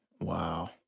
Wow